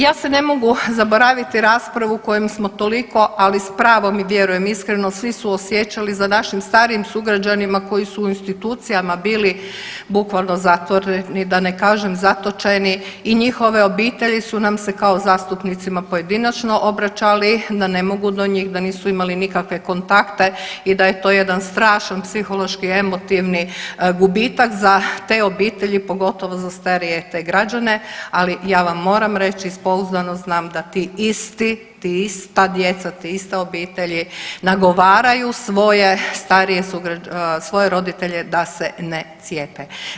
Ja se ne mogu zaboraviti raspravu kojom smo toliko, ali s pravom i vjerujem, iskreno svi suosjećali za naših starijim sugrađanima koji su u institucijama bili bukvalno zatvoreni, da ne kažem zatočeni i njihove obitelji su nam se kao zastupnicima pojedinačno obraćali da ne mogu do njih, da nisu imali nikakve kontakte i da je to jedan strašan psihološki emotivni gubitak za te obitelji, pogotovo za starije te građane, ali ja vam moram reći, pouzdano znam da to isti, ta djeca, ti ista obitelji nagovaraju svoje starije .../nerazumljivo/... svoje roditelje da se ne cijepe.